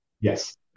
yes